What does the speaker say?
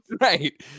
Right